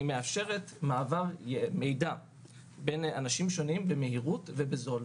היא מאפשרת מעבר מידע בין אנשים שונים במהירות ובזול.